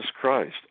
Christ